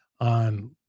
on